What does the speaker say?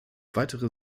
weitere